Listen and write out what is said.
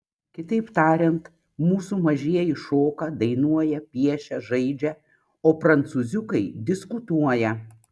kitaip tariant mūsų mažieji šoka dainuoja piešia žaidžia o prancūziukai diskutuoja